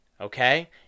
Okay